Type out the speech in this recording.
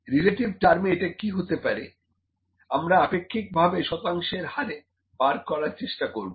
relative টার্মে এটা কি হতে পারে আমরা আপেক্ষিক ভাবে শতাংশের হারে বার করার চেষ্টা করব